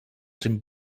dem